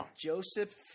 Joseph